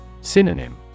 Synonym